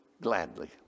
gladly